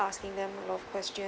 asking them a lot of question